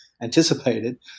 anticipated